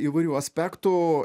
įvairių aspektų